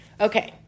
Okay